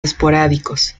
esporádicos